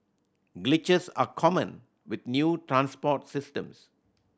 glitches are common with new transport systems